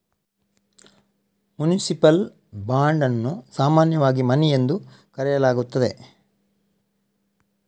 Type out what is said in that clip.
municipal bond ಅನ್ನು ಸಾಮಾನ್ಯವಾಗಿ money ಎಂದು ಕರೆಯಲಾಗುತ್ತದೆ